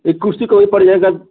एक कुर्सी का वही पड़ जाएगा